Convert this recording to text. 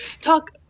talk